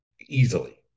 easily